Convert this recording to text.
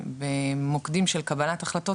במוקדים של קבלת החלטות,